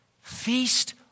Feast